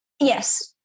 Yes